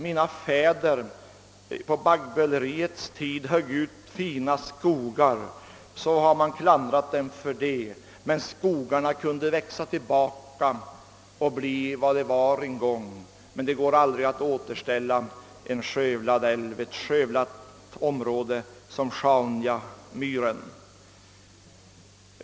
Mina fäder högg på baggböleriets tid ut fina skogar, och man har klandrat dem för det, men skogarna kunde växa tillbaka och bli vad de en gång var. Det går däremot aldrig att återställa en skövlad älv eller ett skövlat område sådant som Sjaunjamyren.